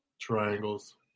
Triangles